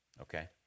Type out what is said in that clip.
Okay